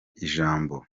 ijambo